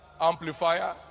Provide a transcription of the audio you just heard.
amplifier